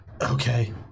okay